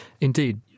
Indeed